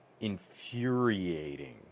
infuriating